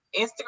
Instagram